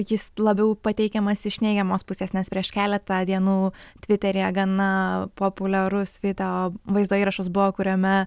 jis labiau pateikiamas iš neigiamos pusės nes prieš keletą dienų tviteryje gana populiarus video vaizdo įrašas buvo kuriame